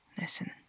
Listen